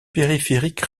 périphérique